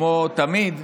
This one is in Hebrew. כמו תמיד,